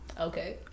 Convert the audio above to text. Okay